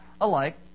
alike